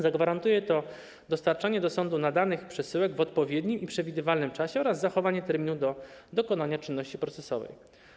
Zagwarantuje to dostarczanie do sądu nadanych przesyłek w odpowiednim i przewidywalnym czasie oraz zachowanie terminu do dokonania czynności procesowej.